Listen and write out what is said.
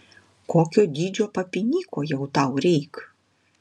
kokio dydžio papinyko jau tau reik